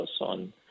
on